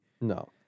No